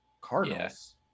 Cardinals